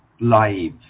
live